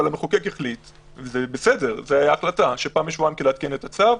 אבל המחוקק החליט שפעם בשבוע לעדכן את הצו,